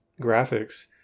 graphics